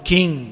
King